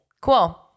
Cool